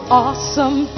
awesome